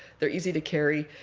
they're easy to carry.